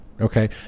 Okay